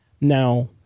Now